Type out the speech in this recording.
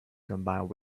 combined